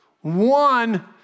one